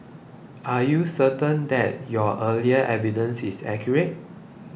are you certain that your earlier evidence is accurate